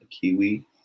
Kiwi